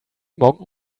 morgen